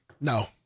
No